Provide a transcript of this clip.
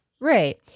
Right